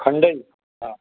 खंडिनि हा